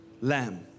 lamb